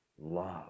love